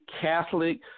Catholic